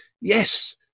yes